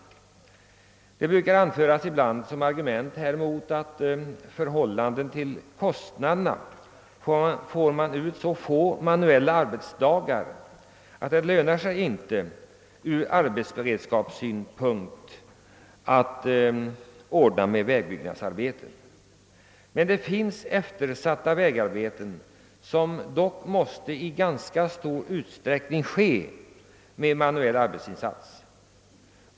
Häremot brukar ibland anföras, att i förhållande till kostnaderna får man ut så få manuella arbetsdagar att det inte lönar sig ur beredskapsarbetssynpunkt att ordna vägbyggnader. Det finns dock eftersatta vägarbeten som i ganska stor utsträckning måste utföras med manuell arbetsinsats.